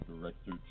director